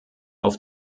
auf